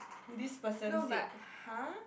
this person said !huh!